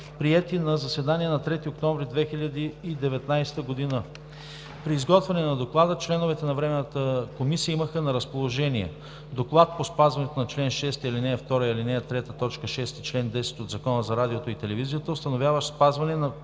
приети на заседание на 3 октомври 2019 г. При изготвяне на Доклада членовете на Временната комисия имаха на разположение: - Доклад по спазването на чл. 6, ал. 2 и ал. 3, т. 6 и чл. 10 от Закона за радиото и телевизията, установяващ спазване на